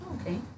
Okay